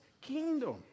kingdom